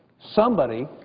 somebody,